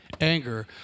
anger